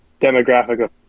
demographic